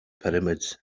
pyramids